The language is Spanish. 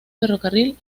ferrocarril